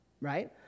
right